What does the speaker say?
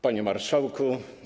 Panie Marszałku!